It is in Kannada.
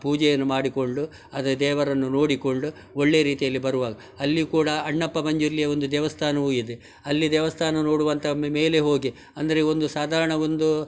ಪೂಜೆಯನ್ನು ಮಾಡಿಕೊಂಡು ಅದು ದೇವರನ್ನು ನೋಡಿಕೊಂಡು ಒಳ್ಳೆಯ ರೀತಿಯಲ್ಲಿ ಬರುವಾಗ ಅಲ್ಲಿ ಕೂಡ ಅಣ್ಣಪ್ಪ ಪಂಜುರ್ಲಿಯ ಒಂದು ದೇವಸ್ಥಾನವು ಇದೆ ಅಲ್ಲಿ ದೇವಸ್ಥಾನ ನೋಡುವಂಥ ಮೇಲೆ ಹೋಗಿ ಅಂದರೆ ಒಂದು ಸಾಧಾರಣ ಒಂದು